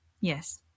yes